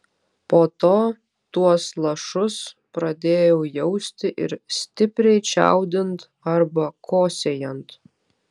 po to tuos lašus pradėjau jausti ir stipriai čiaudint arba kosėjant